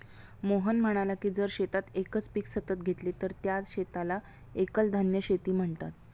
मोहन म्हणाला की जर शेतात एकच पीक सतत घेतले तर त्या शेताला एकल धान्य शेती म्हणतात